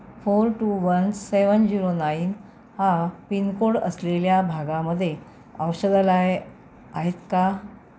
four two one seven zero nine हा pincode असलेल्या भागामध्ये औषधालये आहेत का